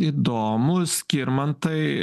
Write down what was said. įdomu skirmantai